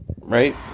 right